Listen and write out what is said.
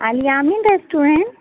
Al Yaman restaurant